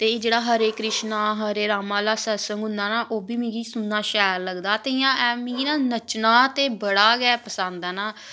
ते एह् जेह्ड़ा हरे कृश्णा हरे रामा आह्ला सत्संग होंदा ना ओह् बी मिकी सुनना शैल लगदा ते इ'यां मिकी ना नच्चना ते बड़ा गै पसंद ऐ ना